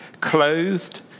clothed